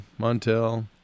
Montel